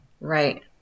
Right